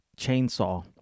chainsaw